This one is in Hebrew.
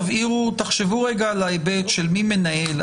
תחשבו על ההיבט של מי מנהל.